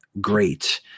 great